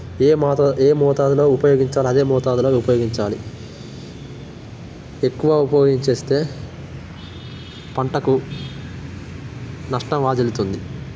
ఏమాత్రం ఏ మోతాదులో ఉపయోగించాలో అదే మోతాదులో అది ఉపయోగించాలి ఎక్కువ ఉపయోగించేస్తే పంటకు నష్టం వాటిల్లుతుంది